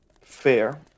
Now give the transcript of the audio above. fair